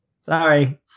Sorry